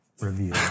review